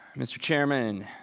mr. chairman,